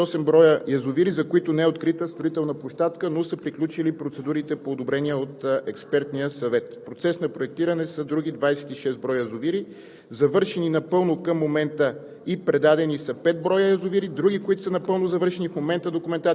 Останали са 58 броя язовири, за които не е открита строителна площадка, но са приключили процедурите по одобрение от Експертния съвет. В процес на проектиране са други 26 броя язовири. Завършени напълно към момента